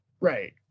Right